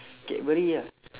cadbury ah